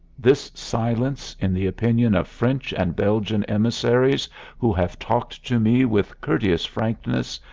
this silence, in the opinion of french and belgian emissaries who have talked to me with courteous frankness,